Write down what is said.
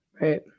right